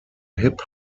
hip